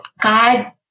God